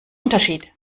unterschied